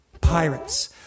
pirates